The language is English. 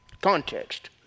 Context